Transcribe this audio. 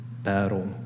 battle